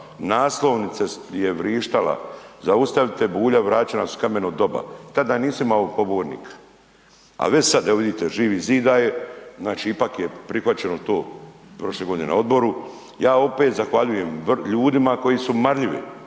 naslovnica je vrištala Zaustavite Bulja, vratit će nas u kameno doba, tada nisam imao pobornika, a već sad, evo vidite Živi zid daje, znači ipak je prihvaćeno to prošle godine na Odboru. Ja opet zahvaljujem ljudima koji su marljivi